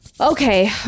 Okay